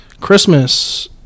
Christmas